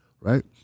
right